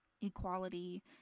equality